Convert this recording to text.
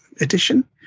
edition